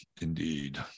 indeed